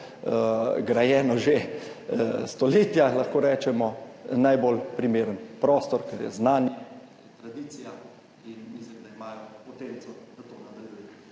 grajeno že stoletja, lahko rečemo, najbolj primeren prostor, kjer sta znanje in tradicija in mislim, da imajo potenco, da to nadaljujejo.